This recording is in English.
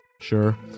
Sure